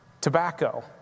tobacco